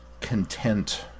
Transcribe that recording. content